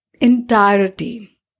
entirety